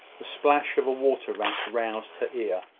the splash of a water-rat roused her ear,